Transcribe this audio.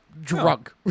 Drunk